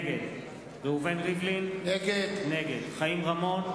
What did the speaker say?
נגד ראובן ריבלין, נגד חיים רמון,